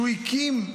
שהוא הקים,